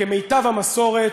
כמיטב המסורת,